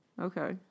Okay